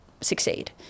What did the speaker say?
succeed